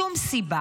שום סיבה,